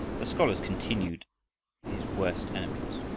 the scholars continued his worst enemies.